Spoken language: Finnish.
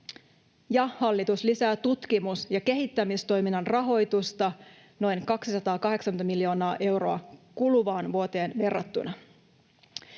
Hallitus lisää tutkimus- ja kehittämistoiminnan rahoitusta noin 280 miljoonalla eurolla kuluvaan vuoteen verrattuna.